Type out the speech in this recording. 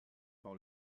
par